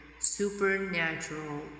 Supernatural